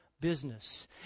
business